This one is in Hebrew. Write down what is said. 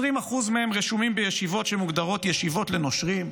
20% מהם רשומים בישיבות שמוגדרות ישיבות לנושרים,